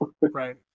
Right